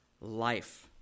life